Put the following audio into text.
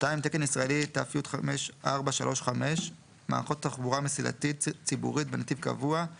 תקן ישראלי ת"י 5435 מערכות תחבורה מסילתית ציבורית בנתיב קבוע 36